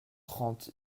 trente